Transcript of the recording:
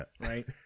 Right